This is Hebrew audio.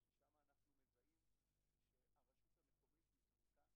זו הצעת חוק של חבר הכנסת איל בן ראובן, חאג'